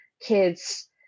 kids